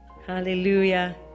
Hallelujah